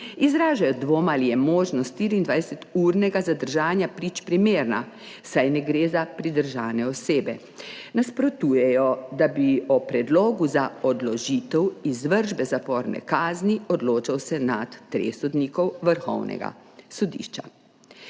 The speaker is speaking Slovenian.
Izražajo dvom, ali je možnost 24-urnega zadržanja prič primerna, saj ne gre za pridržane osebe. Nasprotujejo, da bi o predlogu za odložitev izvršbe zaporne kazni odločal senat treh sodnikov Vrhovnega sodišča.